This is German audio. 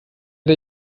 der